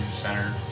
center